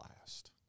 last